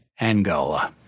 Angola